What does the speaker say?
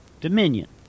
Dominion